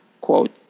quote